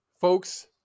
Folks